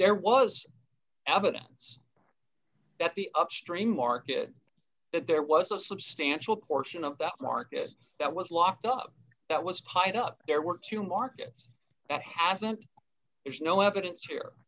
there was evidence that the upstream market that there was a substantial portion of the market that was locked up that was tied up there were two markets that hasn't it's no evidence here